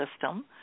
system